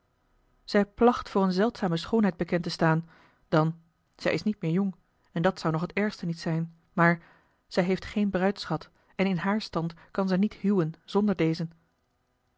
zij placht voor eene zeldzame schoonheid bekend te staan dan zij is niet meer jong en dat zou nog het ergste niet zijn maar zij heeft geen bruidsschat en in haar stand kan ze niet huwen zonder dezen